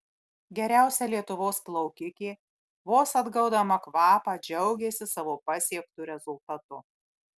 geriausia lietuvos plaukikė vos atgaudama kvapą džiaugėsi savo pasiektu rezultatu